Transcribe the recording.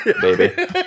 baby